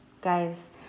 guys